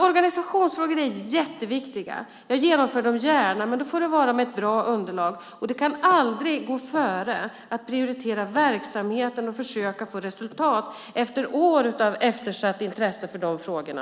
Organisationsfrågor är jätteviktiga. Jag genomför gärna sådant, men då ska det vara ett bra underlag. Men det kan aldrig gå före att prioritera verksamheten och försöka få resultat efter år av så att säga eftersatt intresse för de här frågorna.